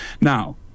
now